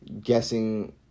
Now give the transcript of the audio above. guessing